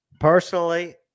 Personally